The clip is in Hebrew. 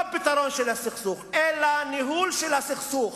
לא פתרון של הסכסוך אלא ניהול של הסכסוך,